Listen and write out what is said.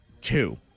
two